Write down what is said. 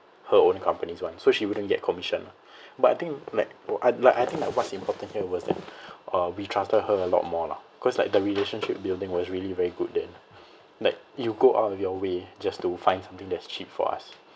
her own company's one so she wouldn't get commission lah but I think like I think like what's important here was that uh we trusted her a lot more lah cause like the relationship building was really very good then like you go out of your way just to find something that's cheap for us